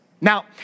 Now